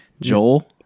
Joel